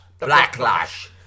blacklash